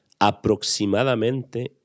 aproximadamente